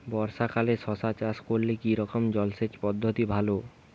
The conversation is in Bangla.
বর্ষাকালে শশা চাষ করলে কি রকম জলসেচ পদ্ধতি ভালো?